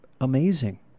amazing